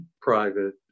private